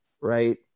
right